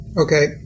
okay